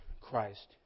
Christ